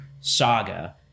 saga